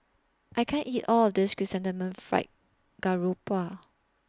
I can't eat All of This Chrysanthemum Fried Garoupa